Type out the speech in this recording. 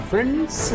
Friends